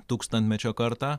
tūkstantmečio kartą